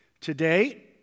Today